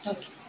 Okay